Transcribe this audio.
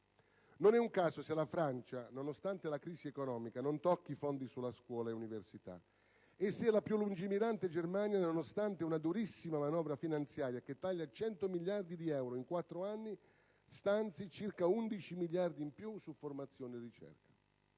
Non è un caso se la Francia, nonostante la crisi economica, non tocchi i fondi destinati a scuola e università e se la più lungimirante Germania, nonostante una durissima manovra finanziaria che taglia 100 miliardi di euro in quattro anni, stanzi circa 11 miliardi in più per formazione e ricerca.